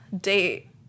date